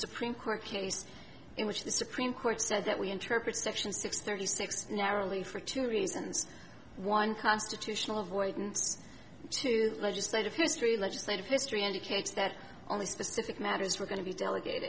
supreme court case in which the supreme court said that we interpret section six thirty six narrowly for two reasons one constitutional avoidance two legislative history legislative history indicates that only specific matters were going to be delegate